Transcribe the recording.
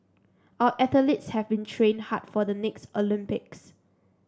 our athletes have been train hard for the next Olympics